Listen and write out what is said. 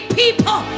people